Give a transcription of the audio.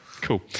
cool